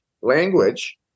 language